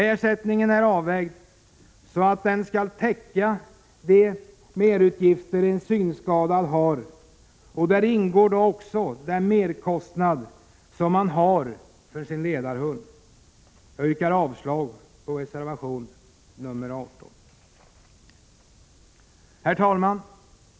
Ersättningen är avvägd så att den skall täcka de merutgifter en synskadad har, alltså även merutgifterna för ledarhund. Jag yrkar avslag på reservation 18. Herr talman!